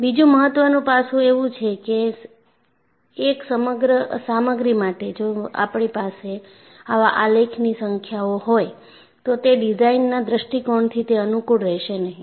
બીજું મહત્વનું પાસું એવું છે કે એક સામગ્રી માટે જો આપણી પાસે આવા આલેખની સંખ્યાઓ હોય તો તે ડિઝાઇનના દૃષ્ટિકોણથી તે અનુકૂળ રહેશે નહીં